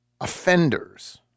offenders